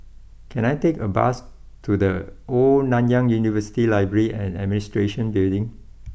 can I take a bus to the Old Nanyang University library and Administration Building